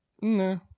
No